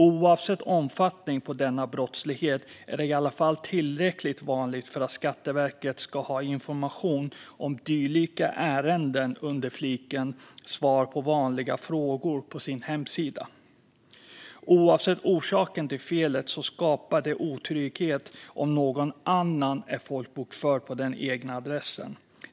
Oavsett omfattning på denna brottslighet är det i alla fall tillräckligt vanligt för att Skatteverket ska ha information om dylika ärenden under fliken "Svar på vanliga frågor" på sin hemsida. Oavsett orsaken till felet skapar det otrygghet om någon annan är folkbokförd på den egna adressen.